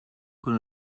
con